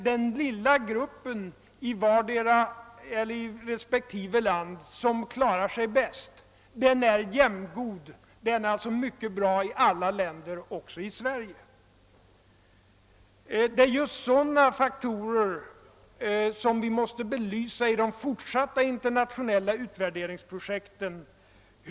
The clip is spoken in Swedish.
Den lilla grupp i respektive land som klarar sig bäst är jämngod; den är alltså mycket bra i alla länder, också i Sverige. Det är just sådana faktorer som måste belysas genom de fortsatta internationella — utvärderingsprojekten.